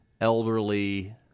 elderly